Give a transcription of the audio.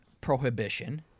prohibition